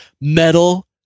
Metal